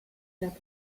that